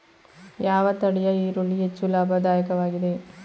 ಯಾವ ತಳಿಯ ಈರುಳ್ಳಿ ಹೆಚ್ಚು ಲಾಭದಾಯಕವಾಗಿದೆ?